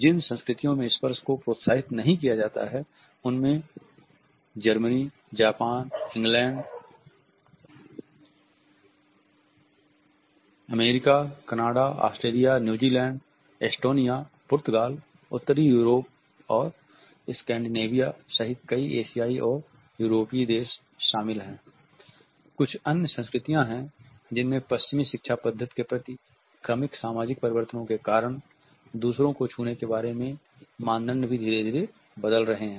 जिन संस्कृतियों में स्पर्श को प्रोत्साहित नहीं किया जाता है उनमें Germany Japan England America Canada Australia New Zealand Estonia पुर्तगाल उत्तरी यूरोप और स्कैंडिनेविया सहित कई एशियाई और यूरोपीय देश शामिल कुछ अन्य संस्कृतियां हैं जिनमें पश्चिमी शिक्षा पद्धति के प्रति क्रमिक सामाजिक परिवर्तनों के कारण दूसरों को छूने के बारे में मानदंड भी धीरे धीरे बदल रहे हैं